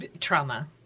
trauma